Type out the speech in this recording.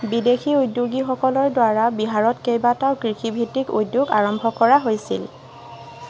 বিদেশী উদ্যোগীসকলৰ দ্বাৰা বিহাৰত কেইবাটাও কৃষিভিত্তিক উদ্যোগ আৰম্ভ কৰা হৈছিল